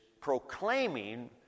proclaiming